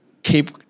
keep